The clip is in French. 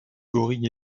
gorille